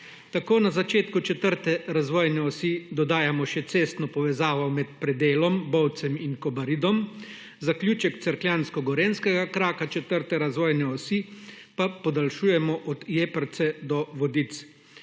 Tako na začetku četrte razvojne osi dodajamo še cestno povezavo med predelom Bovcem in Kobaridom, zaključek cerkljansko gorenjskega kraka četrte razvojne osi pa podaljšujemo od Jeprce do Vodic.